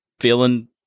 Feeling